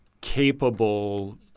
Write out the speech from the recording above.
capable